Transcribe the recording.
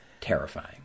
terrifying